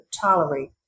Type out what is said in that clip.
tolerate